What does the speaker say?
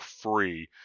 free